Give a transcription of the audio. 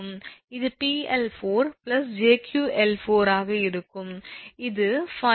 இது 𝑃𝐿4𝑗𝑄𝐿4 ஆக இருக்கும் இது 5 𝑃𝐿5𝑗𝑄𝐿5